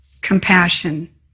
compassion